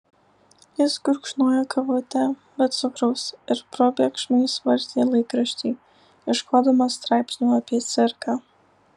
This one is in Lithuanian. jis gurkšnojo kavutę be cukraus ir probėgšmais vartė laikraštį ieškodamas straipsnių apie cirką